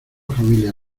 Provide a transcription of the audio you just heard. familia